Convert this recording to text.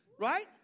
Right